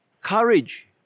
courage